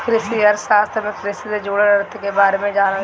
कृषि अर्थशास्त्र में कृषि से जुड़ल अर्थ के बारे में जानल जाला